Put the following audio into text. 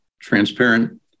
transparent